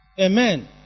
Amen